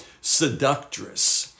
seductress